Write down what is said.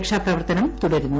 രക്ഷാപ്രവർത്തനം തുടരുന്നു